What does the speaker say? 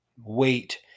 weight